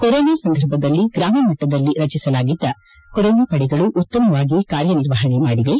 corona ಸಂದರ್ಭದಲ್ಲಿ ಗ್ರಾಮ ಮಟ್ಟದಲ್ಲಿ ರಟಿಸಲಾಗಿದ್ದ ಕೊರೊನಾ ಪಡೆಗಳು ಉತ್ತಮವಾಗಿ ಕಾರ್ಯ ನಿರ್ವಪಣೆ ಮಾಡಿವೆ